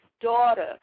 daughter